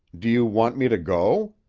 do you want me to go?